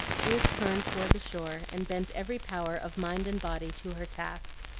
ruth turned toward the shore, and bent every power of mind and body to her task.